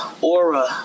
aura